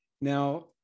Now